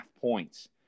points